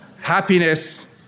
Happiness